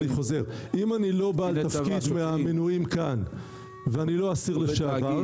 אני חוזר: אם אני לא בתפקיד מהמנויים כאן ואני לא אסיר לשעבר,